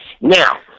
Now